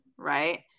right